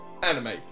anime